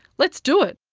let's do it!